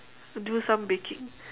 do some baking